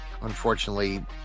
unfortunately